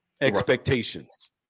expectations